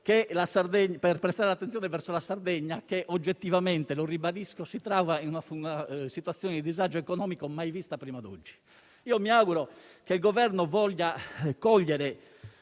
la dovuta attenzione alla Sardegna, che oggettivamente - lo ribadisco - si trova in una situazione di disagio economico mai vista prima di oggi. Mi auguro che il Governo voglia cogliere